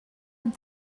amb